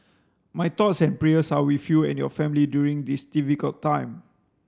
my thoughts and prayers are with you and your family during this difficult time